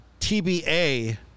TBA